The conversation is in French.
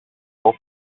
cent